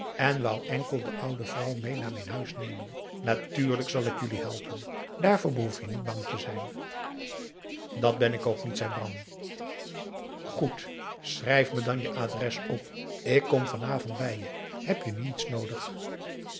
en wou enkel de oude vrouw mee naar mijn huis nemen natuurlijk zal ik jullie helpen daarvoor behoef je niet bang te zijn dat ben ik ook niet zei bram goed schrijf me dan je adres op ik kom van avond bij je heb je nu iets noodig